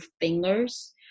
fingers